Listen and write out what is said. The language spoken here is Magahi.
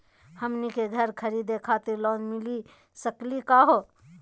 हमनी के घर खरीदै खातिर लोन मिली सकली का हो?